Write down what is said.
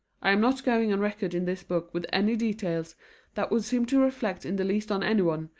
i am not going on record in this book with any details that would seem to reflect in the least on anyone,